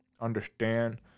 understand